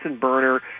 burner